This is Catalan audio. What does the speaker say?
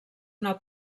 una